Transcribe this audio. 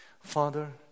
Father